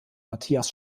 matthias